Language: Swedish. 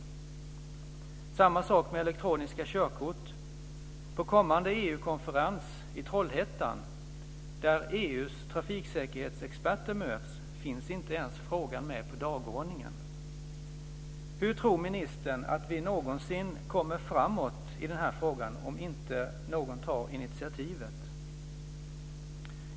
Det är samma sak med elektroniska körkort. På kommande EU-konferens i Trollhättan, där EU:s trafiksäkerhetsexperter ska mötas, finns frågan inte ens med på dagordningen. Hur tror ministern att vi någonsin kommer framåt i den här frågan om inte någon tar initiativet?